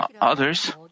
others